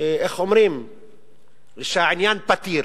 שהעניין פתיר.